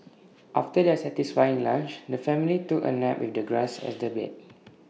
after their satisfying lunch the family took A nap with the grass as their bed